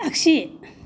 आख्सि